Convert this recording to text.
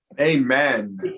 Amen